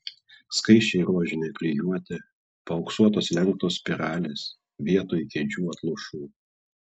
skaisčiai rožinė klijuotė paauksuotos lenktos spiralės vietoj kėdžių atlošų